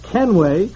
Kenway